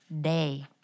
day